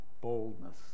boldness